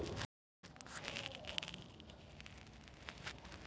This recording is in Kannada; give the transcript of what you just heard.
ಸಾಸ್ಮಿಗು ಮಾರ್ಕೆಟ್ ದಾಗ ಚುಲೋ ರೆಟ್ ಐತಿ